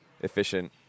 efficient